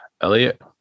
elliot